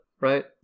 right